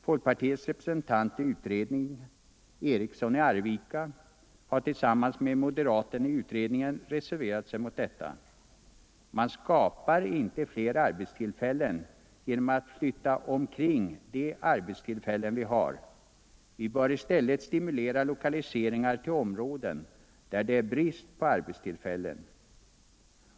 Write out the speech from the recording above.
Folkpartiets representant i utredningen, herr Eriksson i Arvika, har tillsammans med moderaten i utredningen reserverat sig mot detta. Vi skapar inte fler arbetstillfällen genom att flytta omkring de arbetstillfällen vi har. Vi bör i stället stimulera lokaliseringar till områden där det är brist på arbetstillfällen.